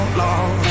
long